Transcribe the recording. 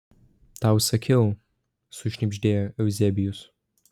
tau sakiau sušnibždėjo euzebijus